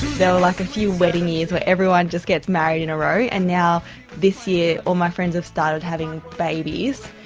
so like a few wedding years where everyone just gets married in a row, and now this year all my friends have started having babies.